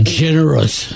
generous